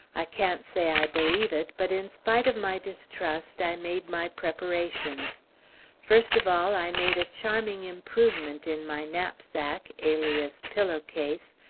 i can't say i believe it, but in spite of my distrust, i made my preparations first of all i made a charming improvement in my knapsack, alias pillow-case,